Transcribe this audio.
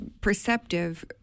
perceptive